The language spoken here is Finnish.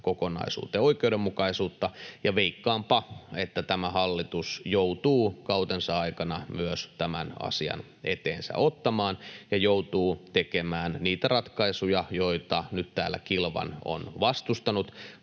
kokonaisuuteen oikeudenmukaisuutta. Ja veikkaanpa, että tämä hallitus joutuu kautensa aikana myös tämän asian eteensä ottamaan ja joutuu tekemään niitä ratkaisuja, joita nyt täällä kilvan on vastustanut,